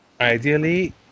ideally